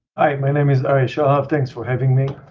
my name is arieh shalhav. thanks for having me.